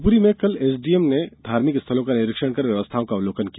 शिवपुरी में कल एसडीएम ने धार्मिक स्थलों का निरीक्षण कर व्यवस्थाओं का अवलोकन किया